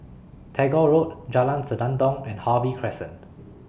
Tagore Road Jalan Senandong and Harvey Crescent